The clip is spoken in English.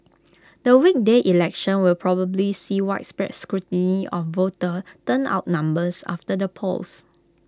the weekday election will probably see widespread scrutiny of voter turnout numbers after the polls